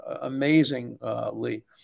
amazingly